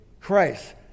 Christ